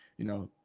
you know,